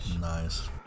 Nice